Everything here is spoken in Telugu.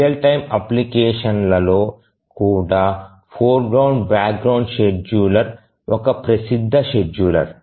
రియల్ టైమ్ అప్లికేషన్లలో కూడా ఫోర్గ్రౌండ్బ్యాక్గ్రౌండ్ షెడ్యూలర్ ఒక ప్రసిద్ధ షెడ్యూలర్